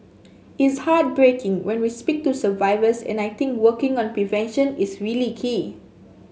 it's heartbreaking when we speak to survivors and I think working on prevention is really key